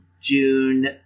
June